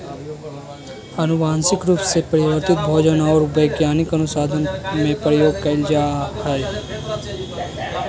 आनुवंशिक रूप से परिवर्तित भोजन और वैज्ञानिक अनुसन्धान में प्रयोग कइल जा हइ